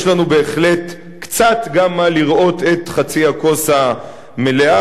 יש לנו בהחלט קצת גם מה לראות בחצי הכוס המלאה.